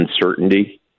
uncertainty